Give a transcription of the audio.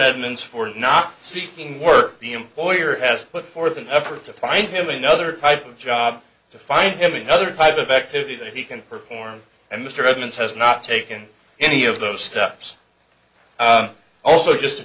edmunds for not seeking work the employer has put forth an effort to find him another type of job to find any other type of activity that he can perform and mr edmunds has not taken any of those steps also just to